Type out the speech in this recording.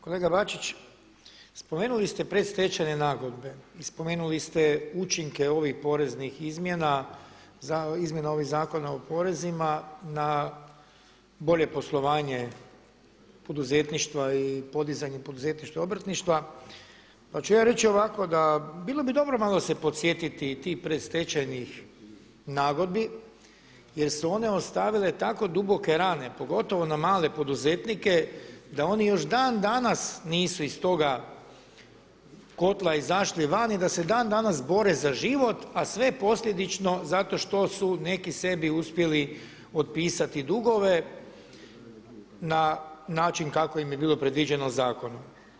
Kolega Bačić, spomenuli ste predstečajne nagodbe i spomenuli ste učinke ovih poreznih izmjena, izmjena ovih Zakona o porezima na bolje poslovanje poduzetništva i podizanje poduzetništva i obrtništva, pa ću ja reći ovako da bilo bi dobro malo se podsjetiti tih predstečajnih nagodbi jer su one ostavile tako duboke rane, pogotovo na male poduzetnike, da oni još dan danas nisu iz toga kotla izašli van i da se dan danas bore za život, a sve posljedično zato što su neki sebi uspjeli otpisati dugove na način kako im je bilo predviđeno zakonom.